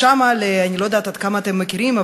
אני לא יודעת עד כמה אתם מכירים,